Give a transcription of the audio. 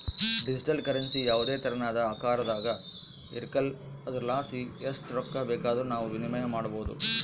digital currency ಯಾವುದೇ ತೆರನಾದ ಆಕಾರದಾಗ ಇರಕಲ್ಲ ಆದುರಲಾಸಿ ಎಸ್ಟ್ ರೊಕ್ಕ ಬೇಕಾದರೂ ನಾವು ವಿನಿಮಯ ಮಾಡಬೋದು